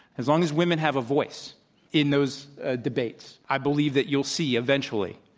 as long as women have a voice in those ah debates, i believe that you'll see, eventually,